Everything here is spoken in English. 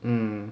mm